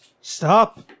stop